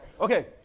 Okay